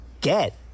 get